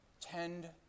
tend